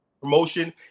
Promotion